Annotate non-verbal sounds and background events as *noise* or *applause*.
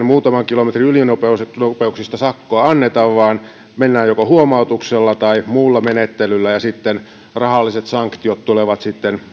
*unintelligible* muutaman kilometrin ylinopeuksista sakkoa anneta vaan silloin mennään joko huomautuksella tai muulla menettelyllä ja sitten rahalliset sanktiot tulevat